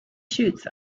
shoots